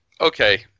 okay